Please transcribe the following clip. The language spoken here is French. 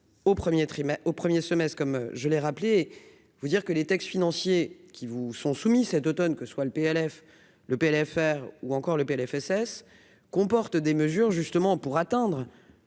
au 1er semestre comme je l'ai rappelé vous dire que les textes financiers qui vous sont soumis cet Automne que soit le PLF le PLFR ou encore le PLFSS comporte des mesures justement pour atteindre